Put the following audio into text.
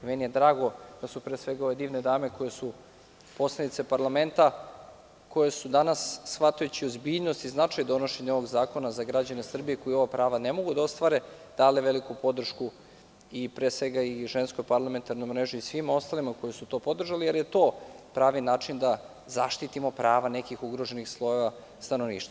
Meni je drago da su, pre svega, ove divne dame koje su poslanice parlamenta, koje su danas shvatajući ozbiljnost i značaj donošenja ovog zakona za građane Srbije koji ova prava ne mogu da ostvare dale veliku podršku i Ženskoj parlamentarnoj mreži i svima ostalima koji su to podržali, jer je to pravi način da zaštitimo prava nekih ugroženih slojeva stanovništva.